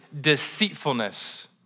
deceitfulness